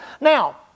Now